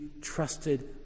trusted